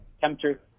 Temperature